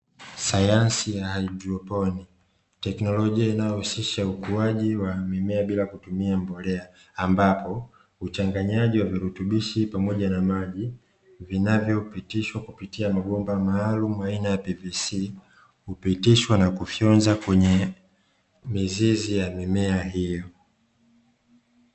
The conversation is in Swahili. Sayansi ya haidroponi, teknolojia inayohusisha ukuaji wa mimea bila kutumia mbolea, ambapo uchanganyaji wa virutubishi pamoja na maji vinavyopitishwa kupitia mabomba maalumu aina “PVC”hupitishwa na kufyonzwa kwenye mizizi ya mimea hiyo.